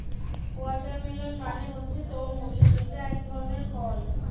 watermelon মানে হচ্ছে তরমুজ যেটা একধরনের ফল